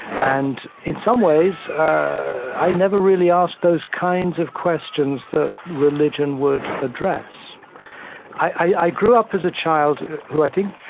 and in some ways, i never really asked those kinds of questions that religion would address i grew up as a child who, i think,